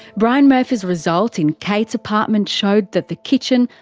brian murphy's results in kate's apartment showed that the kitchen,